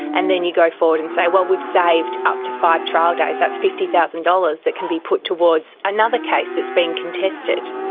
and then you go forward and say, well, we've saved up to five trial days, that's fifty thousand dollars that can be put towards another case that's been contested,